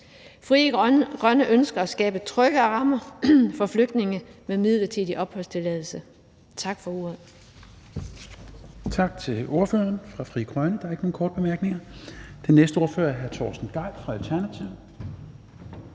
Frie Grønne ønsker at skabe tryggere rammer for flygtninge med midlertidig opholdstilladelse. Tak for ordet.